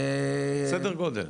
סדר גודל?